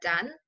done